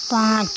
पांच